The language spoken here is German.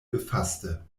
befasste